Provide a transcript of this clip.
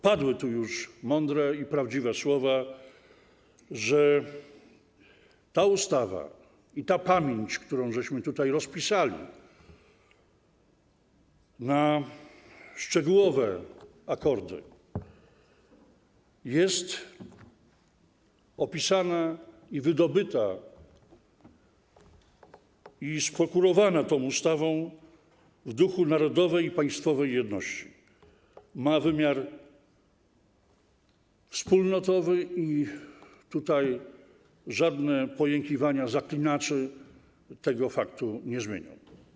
Padły tu już mądre i prawdziwe słowa w odniesieniu do tej ustawy, że ta pamięć, którą tutaj rozpisaliśmy na szczegółowe akordy, jest opisana i wydobyta, i sprokurowana tą ustawą w duchu narodowej i państwowej jedności, ma wymiar wspólnotowy, i żadne pojękiwania zaklinaczy tego faktu nie zmienią.